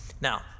Now